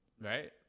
right